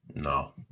No